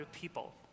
people